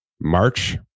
March